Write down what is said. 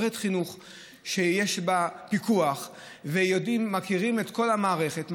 שיש בה פיקוח ומכירים את כל המערכת,